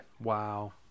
Wow